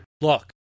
look